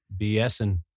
BSing